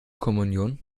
kommunion